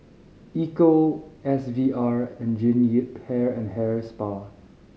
Ecco S V R and Jean Yip Hair and Hair Spa